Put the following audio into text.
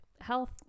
health